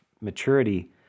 maturity